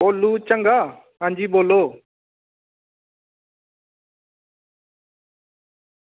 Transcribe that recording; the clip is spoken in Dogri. भोलु झंग्गा आं जी बोल्लो